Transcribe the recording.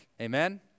Amen